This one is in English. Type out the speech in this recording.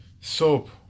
Soap